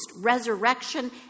resurrection